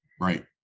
Right